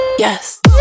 Yes